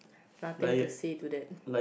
nothing to say to that